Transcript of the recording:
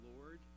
Lord